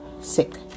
sick